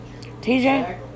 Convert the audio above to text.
TJ